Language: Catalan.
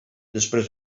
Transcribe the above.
després